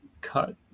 cut